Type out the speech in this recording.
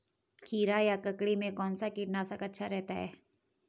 खीरा या ककड़ी में कौन सा कीटनाशक अच्छा रहता है?